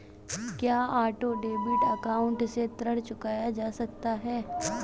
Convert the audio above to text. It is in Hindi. क्या ऑटो डेबिट अकाउंट से ऋण चुकाया जा सकता है?